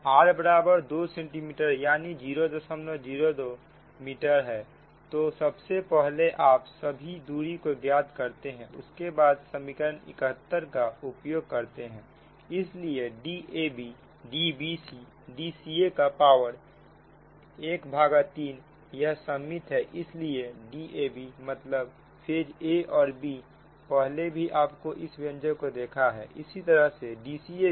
r बराबर 2 centimetre यानी 002 metre है तो सबसे पहले आप सभी दूरी को ज्ञात करते हैं उसके बाद समीकरण 71 का उपयोग करते हैं इसलिए DabDbcDcaका पावर ⅓ यह सममित है इसलिए Dabमतलब फेज a और b पहले भी आपने इस व्यंजक को देखा है इसी तरह Dca भी